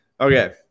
Okay